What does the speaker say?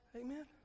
Amen